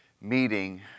meeting